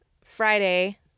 Friday